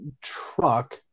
truck